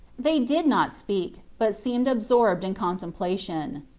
they did not speak, but seemed absorbed in contemplation.